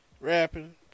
rapping